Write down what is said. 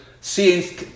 seeing